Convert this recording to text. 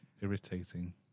irritating